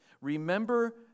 Remember